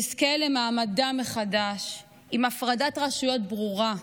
תזכה למעמדה מחדש, עם הפרדת רשויות ברורה,